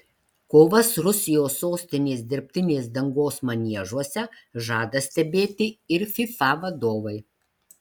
kovas rusijos sostinės dirbtinės dangos maniežuose žada stebėti ir fifa vadovai